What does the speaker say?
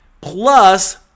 plus